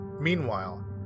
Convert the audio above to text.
Meanwhile